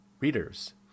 readers